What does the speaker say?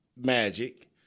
magic